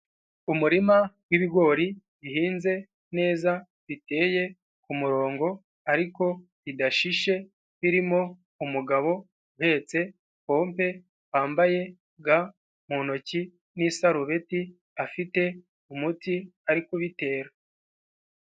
Umurima wibigori bihinze neza biteye ku murongo, ariko bidashishe birimo umugabo uhetse pompe wambaye ga mu ntoki n'isarubeti afite umuti ari kubitera.